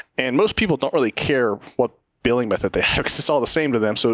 and most people don't really care what billing method they use. it's all the same to them. so